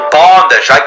bondage